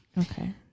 Okay